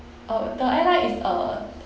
oh the airline is the